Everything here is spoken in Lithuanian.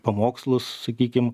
pamokslus sakykim